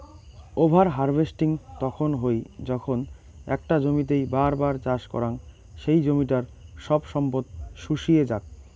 over harvesting তখন হই যখন একটা জমিতেই বার বার চাষ করাং সেই জমিটার সব সম্পদ শুষিয়ে যাক